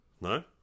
No